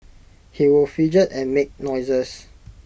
he would fidget and make noises